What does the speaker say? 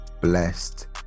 blessed